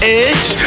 edge